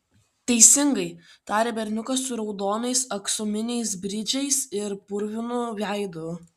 teisingai tarė berniukas su raudonais aksominiais bridžais ir purvinu veidu